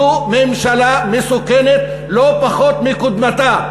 זו ממשלה מסוכנת לא פחות מקודמתה,